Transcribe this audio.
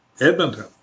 Edmonton